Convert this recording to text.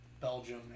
Belgium